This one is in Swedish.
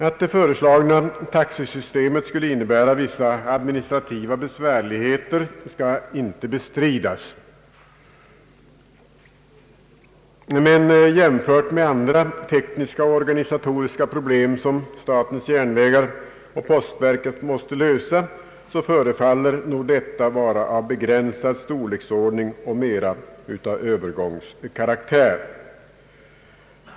Att det föreslagna taxesystemet skulle innebära vissa administrativa besvärligheter kan inte bestridas. Men jämfört med andra tekniska och organisatoriska problem, som statens järnvägar och postverket måste lösa, förefaller detta nog vara av begränsad storleksordning och mera av övergångskaraktär.